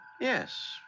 Yes